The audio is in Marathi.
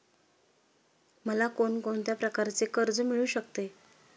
मला कोण कोणत्या प्रकारचे कर्ज मिळू शकते?